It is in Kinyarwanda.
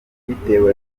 bitewe